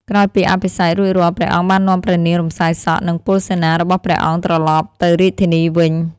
ក្រោយពីអភិសេករួចរាល់ ព្រះអង្គបាននាំព្រះនាងរំសាយសក់ និងពលសេនារបស់ព្រះអង្គត្រឡប់ទៅរាជធានីវិញ។